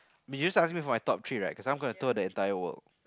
you just ask me for my top three right because I'm gonna tour the entire world